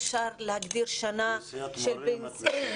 את מתכוונת לאוכלוסיית מורים.